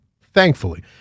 thankfully